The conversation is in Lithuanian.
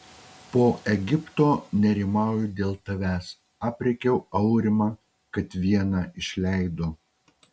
po egipto nerimauju dėl tavęs aprėkiau aurimą kad vieną išleido